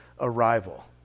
arrival